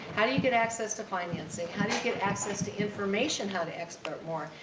how do you get access to financing? how do you get access to information how to export more?